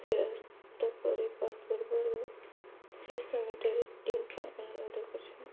ଫେରସ୍ତ କରି ପୂର୍ବରୁ ସେ ସମୟ ପାଇଁ ଅନୁରୋଧ କରୁଛନ୍ତି